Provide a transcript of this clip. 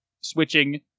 switching